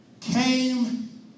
came